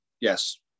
Yes